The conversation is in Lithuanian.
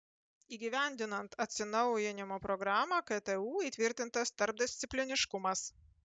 įgyvendinant atsinaujinimo programą ktu įtvirtintas tarpdiscipliniškumas